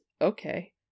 okay